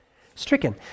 stricken